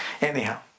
Anyhow